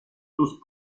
tous